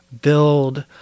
build